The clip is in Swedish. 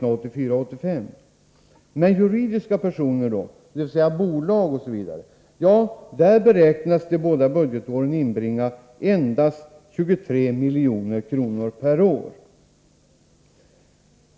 Men hur förhåller det sig med juridiska personer, dvs. bolag osv.? Ja, där beräknas de båda budgetåren inbringa endast 23 milj.kr. per år.